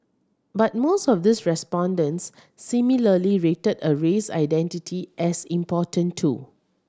but most of these respondents similarly rated a race identity as important too